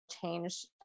change